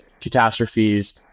catastrophes